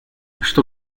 что